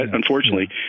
unfortunately